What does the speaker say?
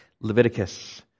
Leviticus